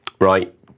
right